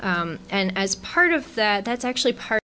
city and as part of that that's actually part